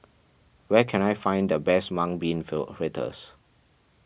where can I find the best Mung Bean feel fritters